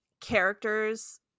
characters